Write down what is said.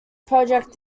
project